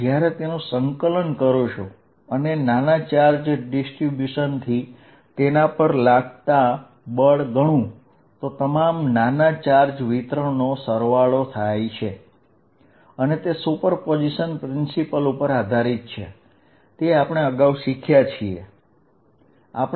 જયારે હું આનું ઇન્ટિગ્રેટ કરું જયારે હું દરેક નાના ચાર્જ વિતરણના કારણે લાગતા બળની ગણતરી કરું આ ચાર્જ અહીં એડ થાય છે જે સુપરપોઝીશન ના સિદ્ધાંત મુજબ છે જે આપણે પહેલા શીખી ગયા